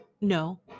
no